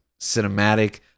cinematic